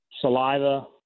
saliva